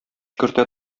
кертә